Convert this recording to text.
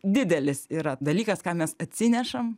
didelis yra dalykas ką mes atsinešam